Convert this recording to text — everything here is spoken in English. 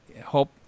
hope